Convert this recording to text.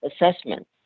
assessment